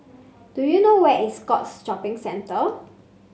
do you know where is Scotts Shopping Centre